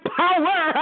power